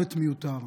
מוות מיותר.